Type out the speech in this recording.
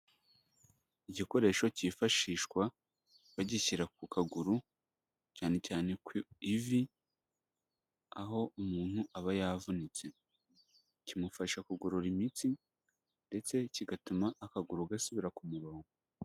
Igikoresho cyifashishwa bagishyira ku kaguru cyane cyane ku ivi aho umuntu aba yavunitse. Kimufasha kugorora imitsi ndetse kigatuma akaguru gasubira ku murongo.